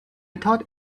thought